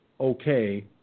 okay